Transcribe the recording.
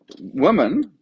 woman